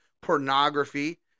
pornography